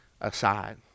aside